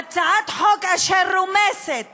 הצעת חוק אשר רומסת